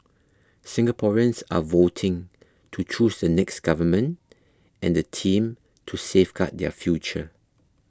Singaporeans are voting to choose the next government and the team to safeguard their future